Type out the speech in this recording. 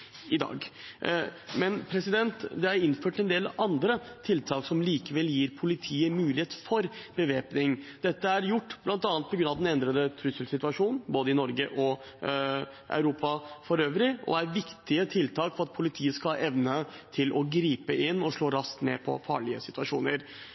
i dag. Men det er innført en del andre tiltak som likevel gir politiet mulighet for bevæpning. Dette er gjort bl.a. på grunn av den endrede trusselsituasjonen både i Norge og i Europa for øvrig og er viktige tiltak for at politiet skal ha evne til å gripe inn og slå